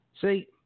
See